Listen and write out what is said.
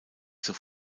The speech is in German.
zur